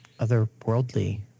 Otherworldly